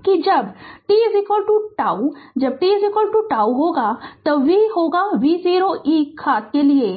Refer Slide Time 1137 कि जब t τ जब t τ तब v होगा v0 e घात के लिए